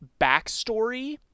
backstory